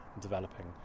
developing